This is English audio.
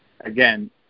again